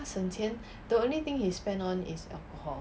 省钱 the only thing he spend on is alcohol